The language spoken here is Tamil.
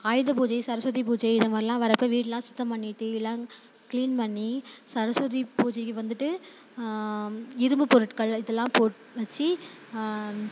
ஆயுத பூஜை சரஸ்வதி பூஜை இது மாதிரியெலாம் வரப்போ வீடெலாம் சுத்தம் பண்ணிவிட்டு இலாங் க்ளீன் பண்ணி சரஸ்வதி பூஜைக்கு வந்துட்டு இரும்பு பொருட்கள் இதெலாம் போட் வைச்சு